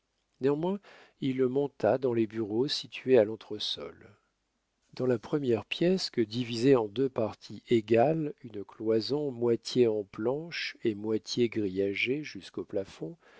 néanmoins il monta dans les bureaux situés à l'entresol dans la première pièce que divisait en deux parties égales une cloison moitié en planches et moitié grillagée jusqu'au plafond